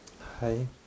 Hi